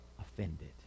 Offended